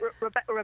Rebecca